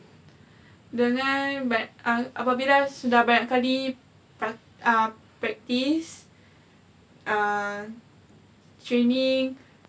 dengan but apabila sudah banyak kali prac~ uh practice err training